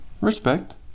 Respect